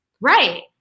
Right